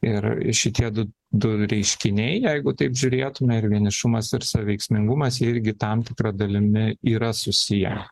ir šitie du du reiškiniai jeigu taip žiūrėtume ir vienišumas ir saviveiksmingumas jie irgi tam tikra dalimi yra susiję